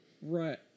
Right